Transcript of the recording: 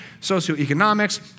socioeconomics